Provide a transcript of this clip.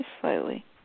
Slightly